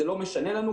זה לא משנה לנו.